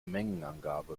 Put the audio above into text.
mengenangabe